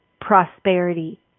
prosperity